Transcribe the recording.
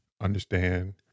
understand